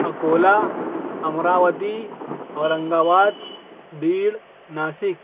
Akola Amravati Aurangabad Beed Nashik